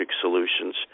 solutions